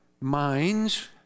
minds